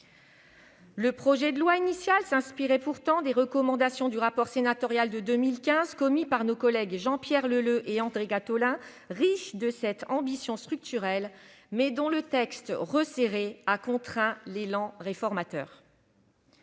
Le projet de loi initial s'inspirait pourtant des recommandations du rapport sénatorial de 2015 commis par nos collègues Jean-Pierre Leleux et André Gattolin, riche de cette ambition structurelle, mais dont le texte resserré a contraint l'élan réformateur.